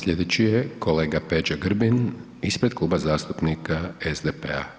Slijedeći je kolega Peđa Grbin ispred Kluba zastupnika SDP-a.